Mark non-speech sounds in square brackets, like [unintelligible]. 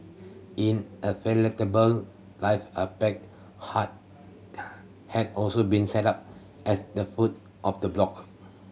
[unintelligible] life are pack hard [hesitation] had also been set up at the foot of the block